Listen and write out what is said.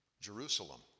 Jerusalem